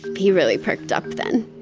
he really perked up then